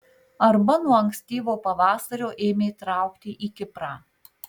arba nuo ankstyvo pavasario ėmė traukti į kiprą